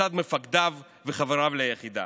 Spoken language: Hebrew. מצד מפקדיו וחבריו ליחידה.